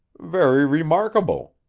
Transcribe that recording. very remarkable!